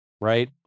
right